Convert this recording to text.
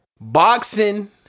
Boxing